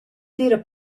d’eira